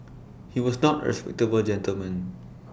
he was not respectable gentleman